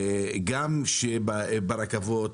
שגם ברכבות,